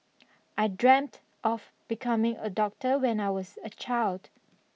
I dreamt of becoming a doctor when I was a child